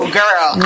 girl